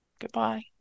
Goodbye